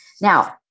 Now